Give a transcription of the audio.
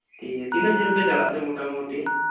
ᱴᱷᱤᱠ ᱜᱮᱭᱟ ᱛᱤᱱᱟᱹᱜ ᱡᱷᱟᱹᱞ ᱯᱮ ᱪᱟᱞᱟᱜᱼᱟ ᱛᱮ ᱢᱚᱴᱟᱢᱩᱴᱤ